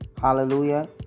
hallelujah